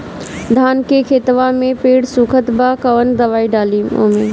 धान के खेतवा मे पेड़ सुखत बा कवन दवाई डाली ओमे?